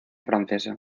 francesa